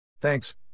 Thanks